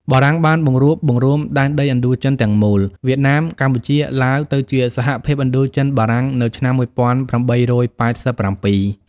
បារាំងបានបង្រួបបង្រួមដែនដីឥណ្ឌូចិនទាំងមូល វៀតណាម កម្ពុជា ឡាវ ទៅជា សហភាពឥណ្ឌូចិនបារាំង នៅឆ្នាំ ១៨៨៧។